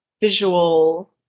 visual